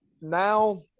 Now